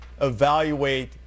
evaluate